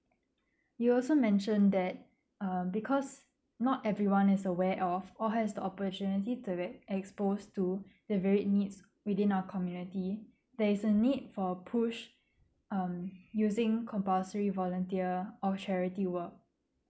you also mentioned that uh because not everyone is aware of or has the opportunity to ex~ expose to the very needs within our community there is a need for push um using compulsory volunteer or charity work